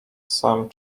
some